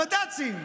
הבד"צים.